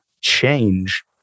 change